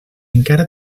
encara